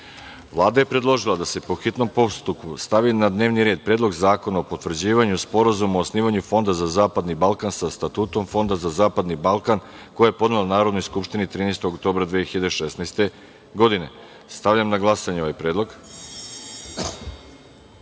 je predložila da se po hitnom postupku stavi na dnevni red Predlog zakona o potvrđivanju Sporazuma o osnivanju Fonda za zapadni Balkan sa Statutom Fonda za zapadni Balkan, koji je podnela Narodnoj skupštini 13. oktobra 2016. godine. Stavljam na glasanje ovaj